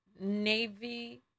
Navy